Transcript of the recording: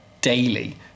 daily